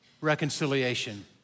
reconciliation